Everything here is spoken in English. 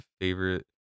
favorite